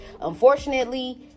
Unfortunately